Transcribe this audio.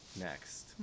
next